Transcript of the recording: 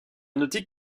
noté